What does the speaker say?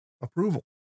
approval